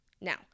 Now